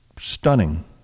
stunning